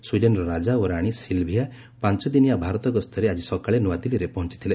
ସ୍ୱିଡେନ୍ର ରାଜା ଓ ରାଣୀ ସିଲ୍ଭିଆ ପାଞ୍ଚଦିନିଆ ଭାରତ ଗସ୍ତରେ ଆଜି ସକାଳେ ନୂଆଦିଲ୍ଲୀରେ ପହଞ୍ଚଥିଲେ